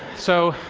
so,